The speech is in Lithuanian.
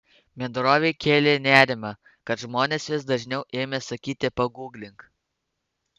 bendrovei kėlė nerimą kad žmonės vis dažniau ėmė sakyti paguglink